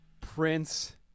Prince